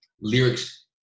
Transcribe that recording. lyrics